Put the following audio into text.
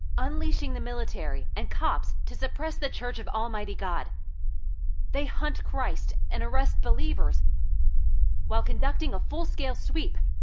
unleashing the military and cops to suppress the church of almighty god they hunt christ and arrest believers while conducting a full-scale sweep.